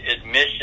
admission